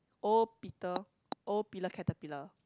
O Peter O pillar caterpillar